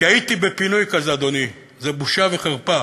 כי הייתי בפינוי כזה, אדוני, זאת בושה וחרפה.